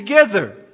together